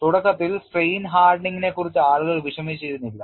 തുടക്കത്തിൽ strain hardening നെക്കുറിച്ച് ആളുകൾ വിഷമിച്ചിരുന്നില്ല